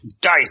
dice